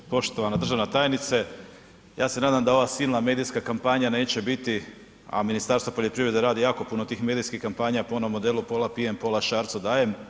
Poštovana državna tajnice, ja se nadam da ova silna medijska kampanja neće biti, a Ministarstvo poljoprivrede radi jako puno tih medijskih kampanja po onom modelu „pola pijem, pola šarcu dajem“